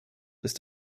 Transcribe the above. ist